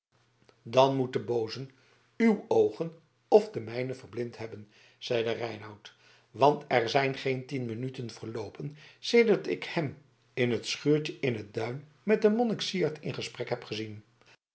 dan moet de booze uw oogen of de mijne verblind hebben zeide reinout want er zijn geen tien minuten verloopen sedert ik hem in het schuurtje in t duin met den monnik syard in gesprek heb gezien